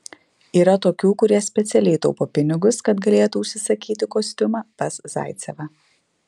yra tokių kurie specialiai taupo pinigus kad galėtų užsisakyti kostiumą pas zaicevą